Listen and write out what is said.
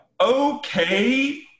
Okay